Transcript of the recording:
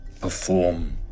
perform